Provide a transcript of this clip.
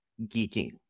geeking